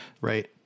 right